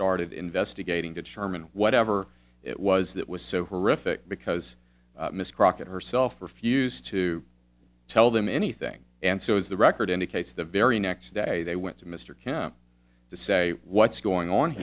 started investigating to determine whatever it was that was so horrific because miss crockett herself refused to tell them anything and so as the record indicates the very next day they went to mr camp to say what's going on